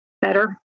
better